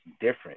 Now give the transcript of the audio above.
different